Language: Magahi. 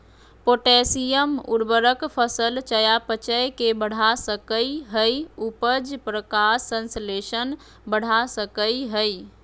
पोटेशियम उर्वरक फसल चयापचय के बढ़ा सकई हई, उपज, प्रकाश संश्लेषण बढ़ा सकई हई